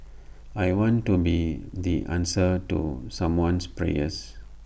I want to be the answer to someone's prayer